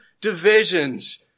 divisions